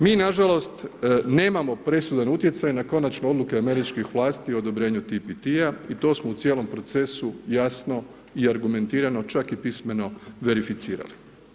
Mi nažalost nemamo presudan utjecaj na konačne odluke Američkih vlasti o odobrenju TPIT-a i to smo u cijelom procesu jasno i argumentirano čak i pismeno verificirali.